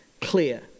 clear